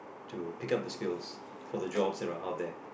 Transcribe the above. to pick up the skills for the jobs that are out there